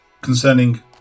concerning